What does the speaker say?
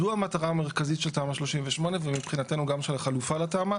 זו המטרה המרכזית של תמ"א 38 ומבחינתנו גם של החלופה לתמ"א.